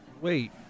Wait